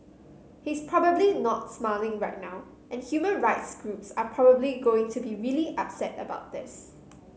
he's probably not smiling right now and human rights groups are probably going to be really upset about this